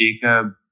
Jacob